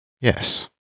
Yes